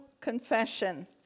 confession